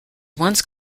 once